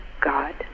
God